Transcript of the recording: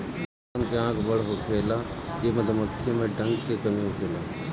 drone के आँख बड़ होखेला इ मधुमक्खी में डंक के कमी होखेला